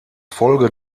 folge